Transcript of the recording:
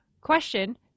question